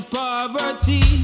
poverty